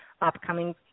upcoming